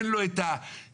אין לו את הכוחות.